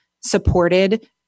supported